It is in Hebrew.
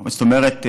זאת אומרת,